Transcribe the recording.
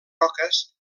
roques